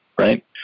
right